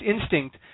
instinct